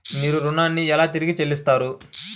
మీరు ఋణాన్ని ఎలా తిరిగి చెల్లిస్తారు?